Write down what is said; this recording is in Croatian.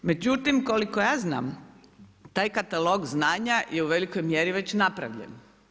Međutim, koliko ja znam, taj katalog znanja je u velikoj mjeri već napravljen.